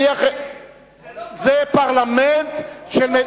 זה פרלמנט ישראלי.